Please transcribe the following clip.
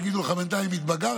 יגידו לך: בינתיים התבגרת,